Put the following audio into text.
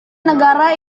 negara